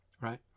right